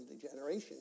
degeneration